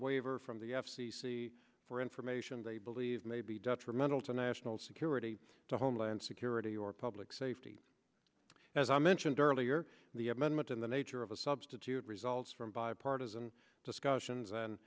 waiver from the f c c for information they believe may be detrimental to national security to homeland security or public safety as i mentioned earlier the amendment in the nature of a substitute results from bipartisan discussions and